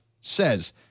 says